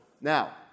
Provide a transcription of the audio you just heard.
Now